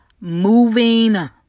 moving